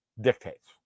dictates